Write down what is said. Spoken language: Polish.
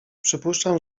przypuszczam